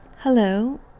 Hello